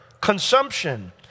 consumption